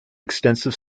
extensive